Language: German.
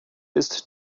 ist